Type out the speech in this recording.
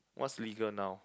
what's legal now